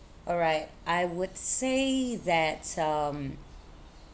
alright I would say that um